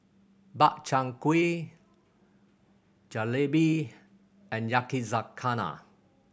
Makchang Gui Jalebi and Yakizakana